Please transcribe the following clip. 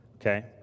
okay